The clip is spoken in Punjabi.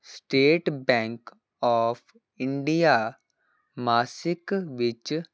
ਸਟੇਟ ਬੈਂਕ ਓਫ ਇੰਡੀਆ ਮਾਸਿਕ ਵਿੱਚ